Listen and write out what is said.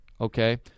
okay